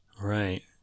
Right